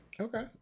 Okay